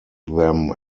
them